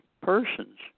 persons